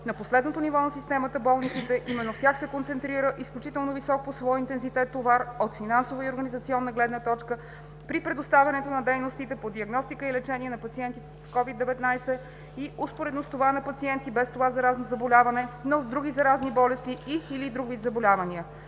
на последното ниво на системата – болниците. Имено в тях се концентрира изключително висок по своя интензитет товар от финансова и организационна гледна точка при предоставянето на дейностите по диагностика и лечение на пациенти с COVID-19 и успоредно с това – на пациенти без това заразно заболяване, но с други заразни болести и/или друг вид заболявания.